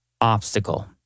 obstacle